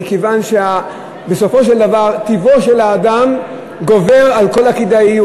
מכיוון שבסופו של דבר טיבו של האדם גובר על כל הכדאיות.